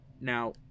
Now